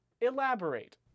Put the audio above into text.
elaborate